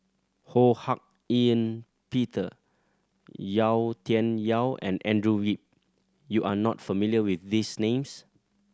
Ho Hak Ean Peter Yau Tian Yau and Andrew Yip you are not familiar with these names